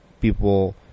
people